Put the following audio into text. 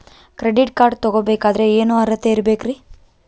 Credit card ತೊಗೋ ಬೇಕಾದರೆ ಏನು ಅರ್ಹತೆ ಇರಬೇಕ್ರಿ?